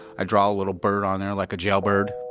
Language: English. i'd draw a little bird on there, like a jailbird,